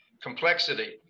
complexity